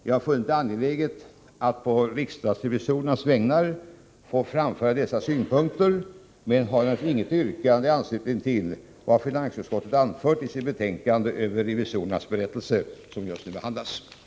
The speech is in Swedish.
Jag har funnit det angeläget att på riksdagsrevisorernas vägnar få framföra dessa synpunkter, men har inget yrkande i anslutning till vad finansutskottet anfört i sitt betänkande över revisorernas berättelse, som kammaren nu har att ta ställning till.